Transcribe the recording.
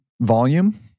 volume